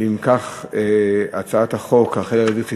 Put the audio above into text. אם כך, הצעת החוק, ההצעה להחיל עליה דין רציפות,